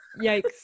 yikes